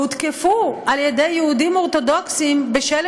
והותקפו על-ידי יהודים אורתודוקסים בשל